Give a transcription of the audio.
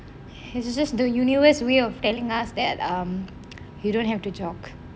it is just the universe way of telling us that um that you don't have to jog